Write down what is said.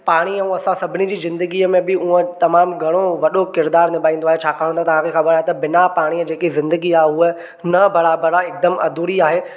पाणी ऐं असां सभिनी जी ज़िंदगीअ में बि उहो तमामु घणो वॾो किरिदारु निभाईंदो आहे छाकाणि त तव्हांखे ख़बरु आहे त ॿिना पाणी जेकी ज़िंदगी आहे उहा न बराबर आहे हिकदमि अधूरी आहे